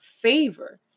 favor